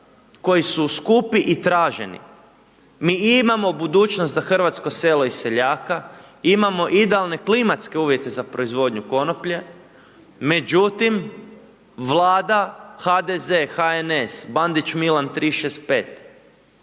koji su skupi i traženi, mi imamo budućnost za hrvatsko selo i seljaka, imamo idealne klimatske uvjete za proizvodnju konoplje, međutim Vlada HDZ, HNS, Bandić Milan 365